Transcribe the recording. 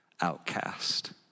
outcast